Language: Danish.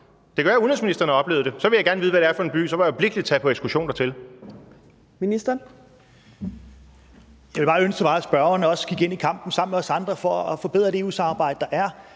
Det kan være, at udenrigsministeren har oplevet det. Så vil jeg gerne vide, hvad det er for en by, for så vil jeg øjeblikkelig tage på ekskursion dertil.